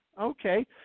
Okay